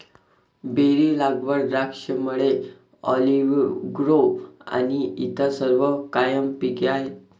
berry लागवड, द्राक्षमळे, olive grove आणि इतर सर्व कायम पिके आहेत